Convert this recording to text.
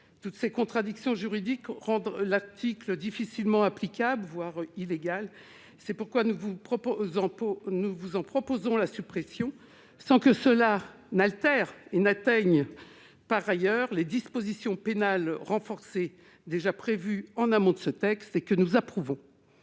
Toutes ces contradictions juridiques rendent cet article difficilement applicable, voire « illégal ». C'est pourquoi nous vous en proposons la suppression, sans que cela altère et atteigne par ailleurs les dispositions pénales renforcées déjà prévues en amont de ce texte, que nous approuvons.